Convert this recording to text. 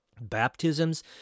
baptisms